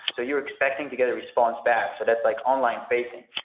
so you're expecting to get a response back. so that's like online-facing.